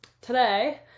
Today